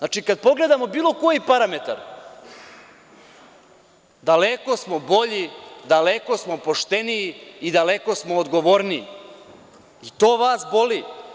Kada pogledamo bilo koji parametar, daleko smo bolji, daleko smo pošteni i odgovorniji, i to vas boli.